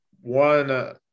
one